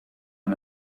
aan